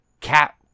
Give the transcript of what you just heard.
Cat